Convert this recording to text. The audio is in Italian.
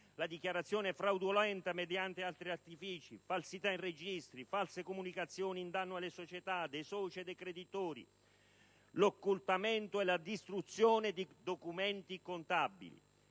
la dichiarazione fraudolenta mediante altri artifici, falsità in registri, false comunicazioni in danno alle società, dei soci e dei creditori, l'occultamento e la distruzione di documenti contabili.